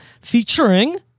featuring